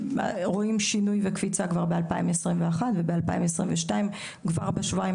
רואים שינוי וקפיצה כבר ב-2021 וב-2022 כבר בשבועיים